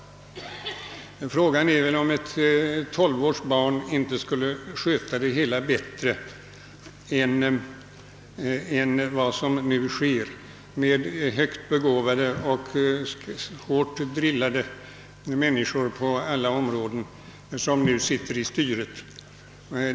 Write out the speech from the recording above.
Frågan är väl om inte ett tolv års barn skulle sköta det hela bättre än de på alla områden högt begåvade och hårt drillade vuxna människor som nu sitter vid styret.